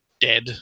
dead